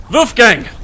Wolfgang